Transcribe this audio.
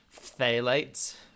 Phthalates